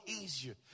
easier